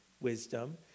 wisdom